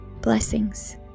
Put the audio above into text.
Blessings